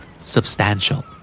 Substantial